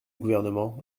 gouvernement